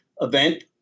event